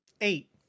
Eight